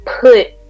put